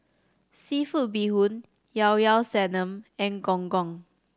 seafood bee hoon Llao Llao Sanum and Gong Gong